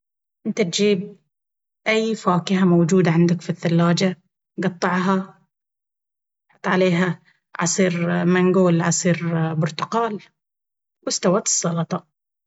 انت تجيب اي فاكهة موجودة عندك في الثلاجة، قطعها ، حط عليها عصير مانجو ولا عصير برتقال… واستوت السلطة!